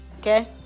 Okay